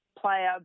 player